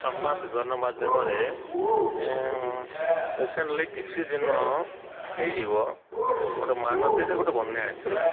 ସମ୍ବାଦ ଗଣ ମାଧ୍ୟମରେ ରିସେଣ୍ଟଲି କିଛିଦିନ ହେଇଯିବ ଗୋଟେ ମାହାନଦୀରେ ଗୋଟେ ବନ୍ୟା ହେଇଥିଲା